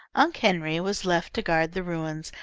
unc' henry was left to guard the ruins,